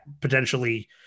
potentially